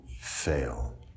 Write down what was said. fail